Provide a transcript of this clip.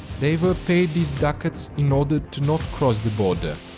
they were payed these ducats in order to not cross the border.